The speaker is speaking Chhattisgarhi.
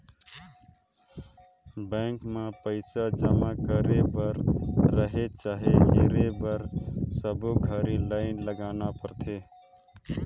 बेंक मे पइसा जमा करे बर रहें चाहे हेरे बर सबो घरी लाइन लगाना परथे